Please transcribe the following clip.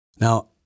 Now